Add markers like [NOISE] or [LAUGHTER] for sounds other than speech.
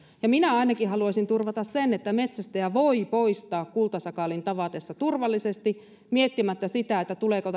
ampuu minä ainakin haluaisin turvata sen että metsästäjä voi poistaa kultasakaalin tavatessaan turvallisesti miettimättä sitä tuleeko [UNINTELLIGIBLE]